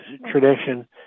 tradition